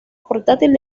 portátil